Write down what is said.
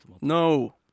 No